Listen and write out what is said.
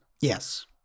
Yes